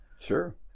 sure